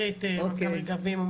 תראי את מנכ"ל רגבים,